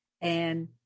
And-